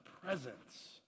presence